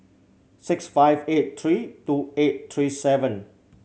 six five eight three two eight three seven